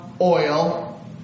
oil